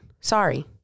Sorry